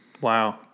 Wow